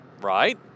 Right